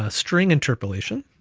ah string interpolation,